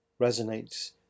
resonates